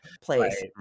place